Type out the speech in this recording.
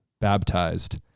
baptized